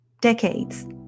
Decades